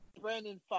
Brandon